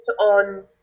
on